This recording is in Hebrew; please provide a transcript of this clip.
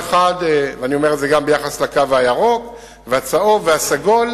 אני אומר את זה גם ביחס לקו הירוק והצהוב והסגול.